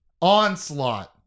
Onslaught